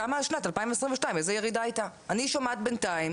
כמה עד שנת 2022